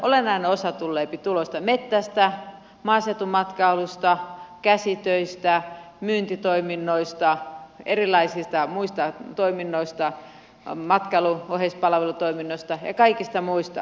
tällöin olennainen osa tuloista tuleepi metsästä maaseutumatkailusta käsitöistä myyntitoiminnoista erilaisista muista toiminnoista matkailun oheispalvelutoiminnoista ja kaikista muista